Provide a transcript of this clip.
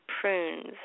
prunes